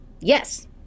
yes